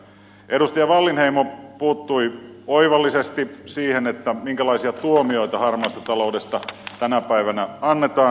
edustaja wallinheimo puuttui oivallisesti siihen minkälaisia tuomioita harmaasta taloudesta tänä päivänä annetaan